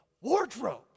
wardrobe